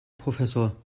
professor